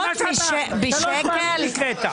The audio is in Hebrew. על מה שאתה שלוש פעמים נקראת.